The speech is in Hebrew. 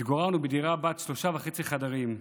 התגוררנו בדירה בת שלושה וחצי חדרים.